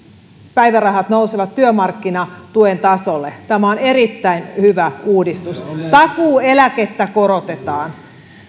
vähimmäispäivärahat nousevat työmarkkinatuen tasolle on erittäin hyvä uudistus takuueläkettä korotetaan